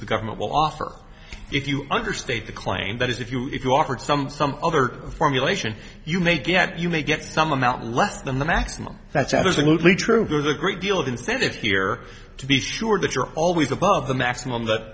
the government will offer if you understate the claim that if you if you offered some some other formulation you may get you may get some amount less than the maximum that's absolutely true there's a great deal of incentives here to be sure that you're always above the maximum that